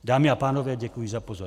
Dámy a pánové, děkuji za pozornost.